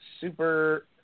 super